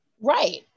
right